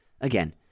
Again